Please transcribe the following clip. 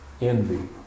envy